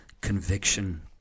conviction